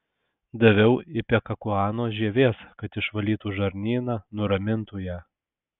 daviau ipekakuanos žievės kad išvalytų žarnyną nuramintų ją